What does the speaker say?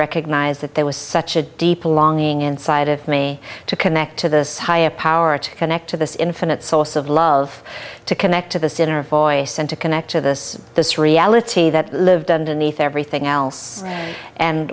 recognize that there was such a deep longing inside of me to connect to this higher power to connect to this infinite source of love to connect to the center of voice and to connect to this this reality that lived underneath everything else and